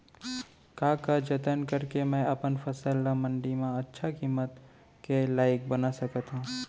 का का जतन करके मैं अपन फसल ला मण्डी मा अच्छा किम्मत के लाइक बना सकत हव?